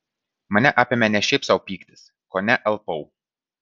mane apėmė ne šiaip sau pyktis kone alpau